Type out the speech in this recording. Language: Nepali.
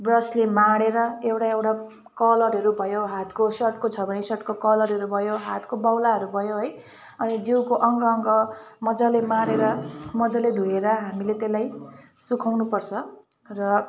ब्रसले माडेर एउटा एउटा कलरहरू भयो हातको सर्टको छ भने सर्टको कलरहरू भयो हातको बाहुलाहरू भयो है अनि जिउको अङ्गअङ्ग मजाले माडेर मजाले धोएर हामीले त्यसलाई सुकाउनुपर्छ र